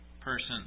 person